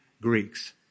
Greeks